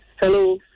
Hello